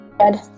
Red